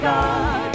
God